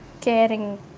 caring